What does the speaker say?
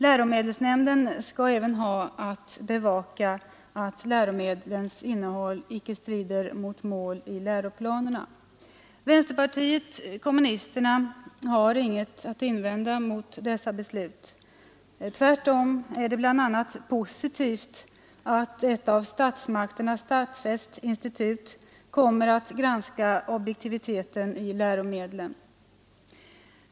Läromedelsnämnden skall även ha att bevaka att läromedlens innehåll inte strider mot mål i läroplanerna. Vänsterpartiet kommunisterna har inget att invända mot dessa beslut. Tvärtom är det bl.a. positivt att ett av statsmakterna stadfäst institut kommer att granska objektiviteten i läromedlen.